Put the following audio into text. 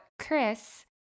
Chris